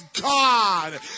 God